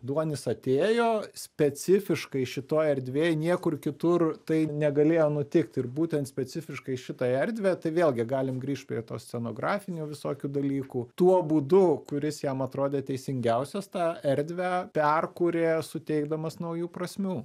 duonis atėjo specifiškai šitoj erdvėj niekur kitur tai negalėjo nutikti ir būtent specifiškai į šitą erdvę tai vėlgi galim grįšt prie tos scenografinių visokių dalykų tuo būdu kuris jam atrodė teisingiausias tą erdvę perkuria suteikdamas naujų prasmių